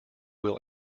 will